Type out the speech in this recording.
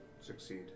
succeed